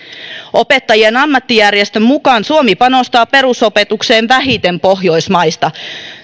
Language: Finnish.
opettajien ammattijärjestön mukaan suomi panostaa perusopetukseen vähiten pohjoismaista